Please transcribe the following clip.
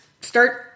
start